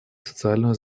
социальную